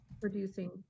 Producing